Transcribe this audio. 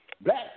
Black